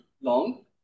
long